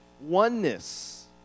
oneness